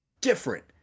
different